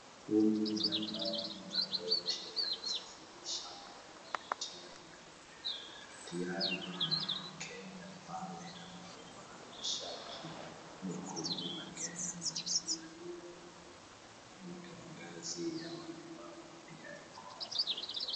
Hili na maji na boti ya kusafirisha watu kupitia maji. Tayari kuna Mkenya pale amevaa shati nyekundu la Kenya na kuna lio mkengazi ya walemavu pia iko hapo.